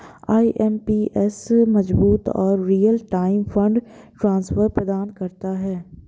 IMPS मजबूत और real time fund transfer प्रदान करता है